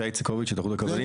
ישי איצקוביץ מהתאחדות הקבלנים.